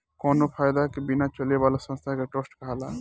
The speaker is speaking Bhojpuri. कावनो फायदा के बिना चले वाला संस्था के ट्रस्ट कहाला